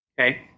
Okay